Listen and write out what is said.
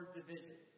division